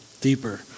deeper